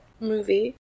movie